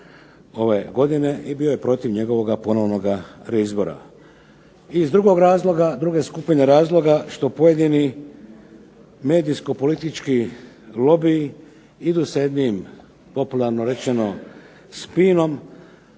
ove godine i bio je protiv njegovoga ponovnoga reizbora. I iz drugog razloga, druge skupine razloga, što pojedini medijsko-politički lobiji idu s jednim popularno rečeno spinom,